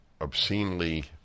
obscenely